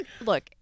look